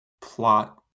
plot